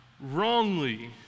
wrongly